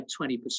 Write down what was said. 20%